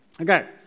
Okay